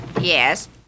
Yes